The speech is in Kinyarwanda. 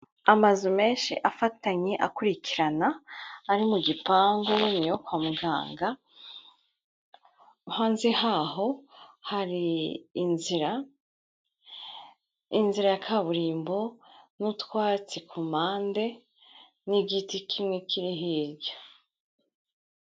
Amazu menshi afatanye akurikirana ari mu gipangu, yo kwa muganga hanze yaho hari inzira, inzira ya kaburimbo n'utwatsi ku mpande, n'igiti kimwe kiri hirya.